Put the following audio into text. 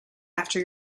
after